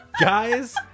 Guys